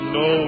no